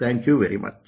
thank you very much